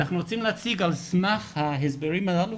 אנחנו רוצים להציג על סמך ההסברים הללו,